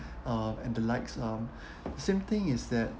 um and the likes um same thing is that